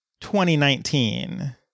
2019